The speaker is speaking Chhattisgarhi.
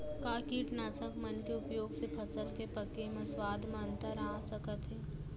का कीटनाशक मन के उपयोग से फसल के पके म स्वाद म अंतर आप सकत हे?